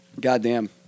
Goddamn